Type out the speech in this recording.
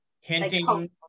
hinting